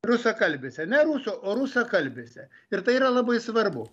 rusakalbėse ne ruso o rusakalbėse ir tai yra labai svarbu